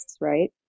right